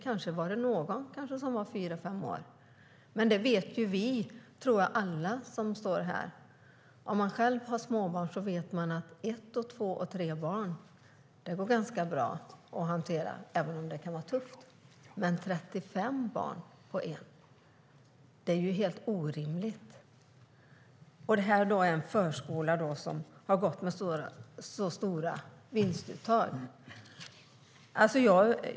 Kanske var det någon som var fyra fem år. Alla vi här och alla som har småbarn vet att ett, två och tre barn går ganska bra att hantera, även om det kan vara tufft. Men 35 barn på en barnskötare är helt orimligt, och detta är en förskola som haft stora vinstuttag.